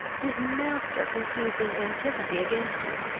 his master conceived an antipathy against him.